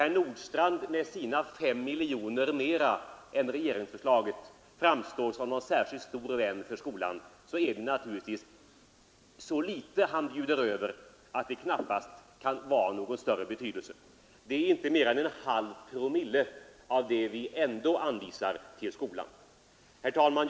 Herr Nordstrandh vill nu med sina 5 miljoner kronor utöver regeringens förslag framstå som en skolans specielle vän, men det är ju så litet han bjuder över att det knappast kan vara av någon större betydelse. Det är inte mer än en halv promille av vad vi ändå anvisar till skolan. Herr talman!